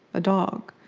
a dog.